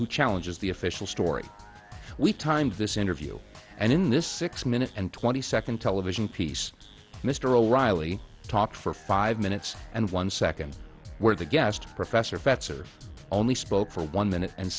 who challenges the official story we timed this interview and in this six minute and twenty second television piece mr o'reilly talked for five minutes and one second where the guest professor fetzer only spoke for one minute and